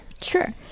Sure